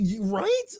Right